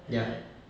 yup